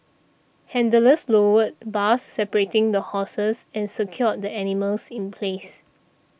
handlers lowered bars separating the horses and secured the animals in place